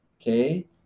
okay